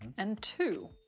and two.